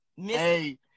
Hey